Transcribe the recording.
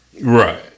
Right